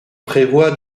prévoit